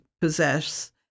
possess